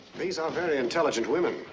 these are very intelligent women.